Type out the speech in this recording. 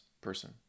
person